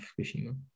Fukushima